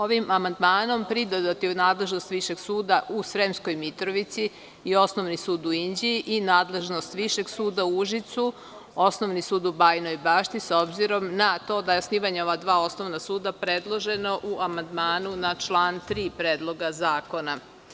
Ovim amandmanom pridodat je u nadležnost Višeg suda u Sremskoj Mitrovici i Osnovni sud u Inđiji i nadležnost Višeg suda u Užicu, Osnovni sud u Bajinoj Bašti, s obzirom na to da je osnivanje ova dva osnovna suda predloženo u amandmanu na član 3. Predloga zakona.